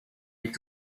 est